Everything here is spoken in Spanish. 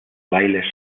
bailes